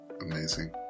amazing